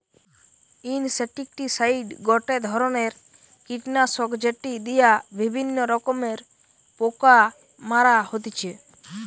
insecticide গটে ধরণের কীটনাশক যেটি দিয়া বিভিন্ন রকমের পোকা মারা হতিছে